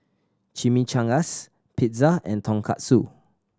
Chimichangas Pizza and Tonkatsu